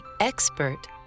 expert